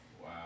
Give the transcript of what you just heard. Wow